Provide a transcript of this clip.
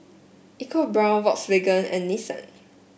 EcoBrown Volkswagen and Nissan